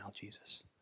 Jesus